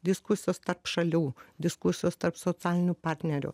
diskusijos tarp šalių diskusijos tarp socialinių partnerių